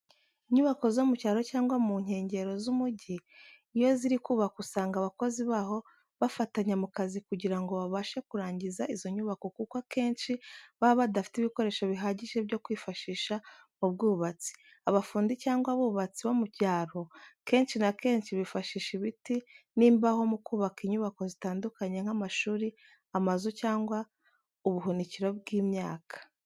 Inyubako zo mu cyaro cyangwa mu nyengero z'umujyi iyo ziri kubakwa usanga abakozi baho bafatanya mu kazi kugira ngo babashe kurangiza izo nyubako kuko akennshi baba badafite ibikoresho bihagije byo kwifashisha mu bwubatsi. Abafundi cyangwa abubatsi bo mu byaro kenshi na kenshi bifashisha ibiti ni mbaho mu kubaka inyubako zitandukanye nk'amashuri, amazu cyangwa ubuhunikiro bw'imyaka.